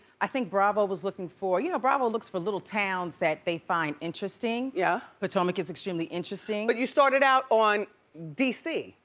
i think bravo was looking for you know, bravo looks for little towns that they find interesting. yeah. potomac is extremely interesting. but you started out on d c?